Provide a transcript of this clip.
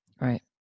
Right